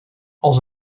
als